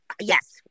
Yes